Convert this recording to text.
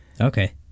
Okay